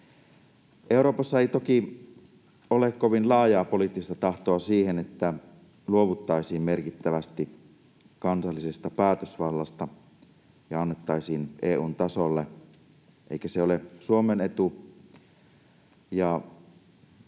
Euroopassa ei toki ole kovin laajaa poliittista tahtoa siihen, että luovuttaisiin merkittävästi kansallisesta päätösvallasta ja että se annettaisiin EU:n tasolle, eikä se ole Suomen etu.